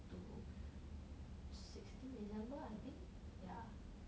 to sixteen december I think yeah